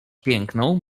piękną